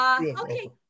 Okay